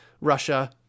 Russia